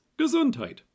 gesundheit